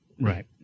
right